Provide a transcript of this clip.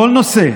כל נושא